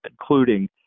including